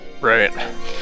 right